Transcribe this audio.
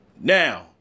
now